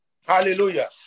Hallelujah